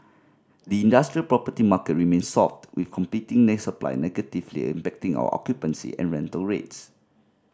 the industrial property market remains soft with competing supply negatively impacting our occupancy and rental rates